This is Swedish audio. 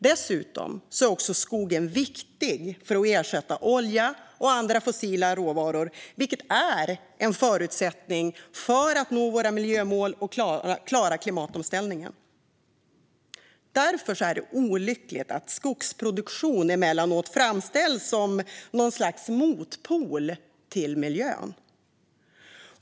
Dessutom är skogen viktig för att ersätta olja och andra fossila råvaror, vilket är en förutsättning för att vi ska nå våra miljömål och klara klimatomställningen. Därför är det olyckligt att skogsproduktion emellanåt framställs som något slags motpol till miljön.